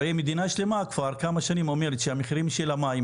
הרי מדינה שלמה כבר כמה שנים אומרת שהמחירים של המים,